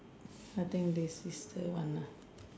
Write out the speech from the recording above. I think this is the one ah